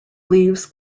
leaves